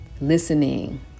listening